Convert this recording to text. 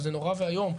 וזה נורא ואיום,